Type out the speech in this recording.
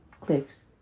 Cliff's